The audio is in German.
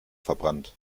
verbrannt